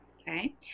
okay